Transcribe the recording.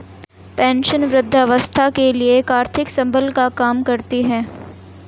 pension वृद्धावस्था के लिए एक आर्थिक संबल का काम करती है